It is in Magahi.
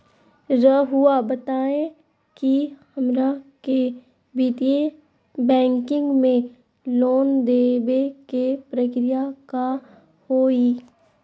रहुआ बताएं कि हमरा के वित्तीय बैंकिंग में लोन दे बे के प्रक्रिया का होई?